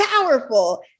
powerful